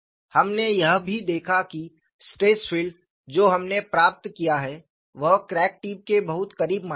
हमने यह भी देखा कि स्ट्रेस फील्ड जो हमने प्राप्त किया है वह क्रैक टिप के बहुत करीब मान्य है